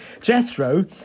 Jethro